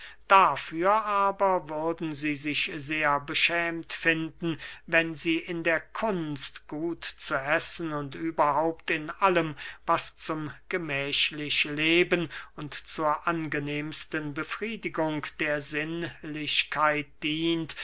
dafür aber würden sie sich sehr beschämt finden wenn sie in der kunst gut zu essen und überhaupt in allem was zum gemächlichleben und zur angenehmsten befriedigung der sinnlichkeit dient